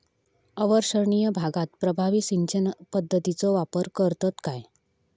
अवर्षणिय भागात प्रभावी सिंचन पद्धतीचो वापर करतत काय?